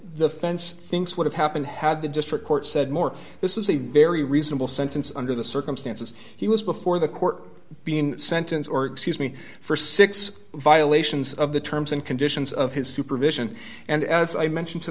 the fence things would have happened had the district court said more this is a very reasonable sentence under the circumstances he was before the court being sentence or excuse me for six violations of the terms and conditions of his supervision and as i mentioned to